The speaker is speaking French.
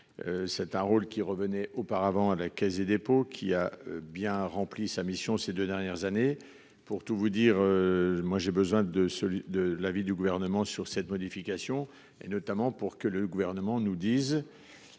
C'est un rôle qui revenait auparavant à la Caisse des dépôts qui a bien rempli sa mission. Ces 2 dernières années. Pour tout vous dire. Moi j'ai besoin de ce, de l'avis du gouvernement sur cette modification et notamment pour que le gouvernement nous dise.